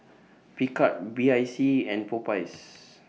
Picard B I C and Popeyes